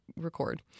record